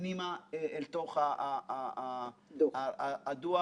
אל תוך הדוח.